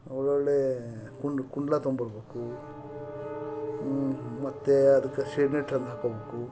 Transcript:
ಒಳ್ಳೊಳ್ಳೆ ಕುಂಡ ಕುಂಡ್ಲಾ ತೊಗೊಂಬರ್ಬೇಕು ಮತ್ತು ಅದಕ್ಕೆ ಶೇಡ್ ನೆಟ್ ತಂದು ಹಾಕ್ಕೊಬೇಕು